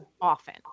often